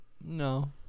No